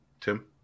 Tim